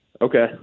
Okay